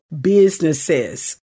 Businesses